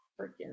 Freaking